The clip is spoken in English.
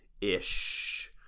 ish